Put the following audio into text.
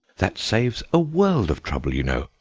that saves a world of trouble, you know,